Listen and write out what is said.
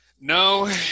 no